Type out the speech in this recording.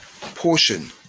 portion